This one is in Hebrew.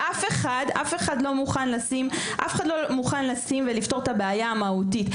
ואף אחד לא מוכן לפתור את הבעיה המהותית.